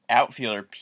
outfielder